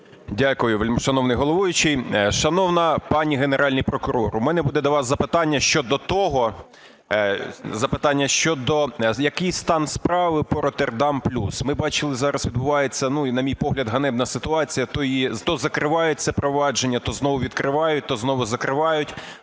Дякую. Вельмишановний головуючий, шановна пані Генеральний прокурор! У мене буде до вас запитання щодо того, який стан справи по "Роттердам плюс"? Ми бачили, зараз відбувається, на мій погляд, ганебна ситуація, то закривається провадження, то знову відкривають, то знову закривають,